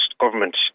government